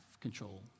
control